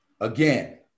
Again